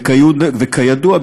וכידוע,